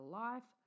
life